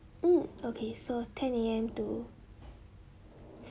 hmm okay so ten A_M to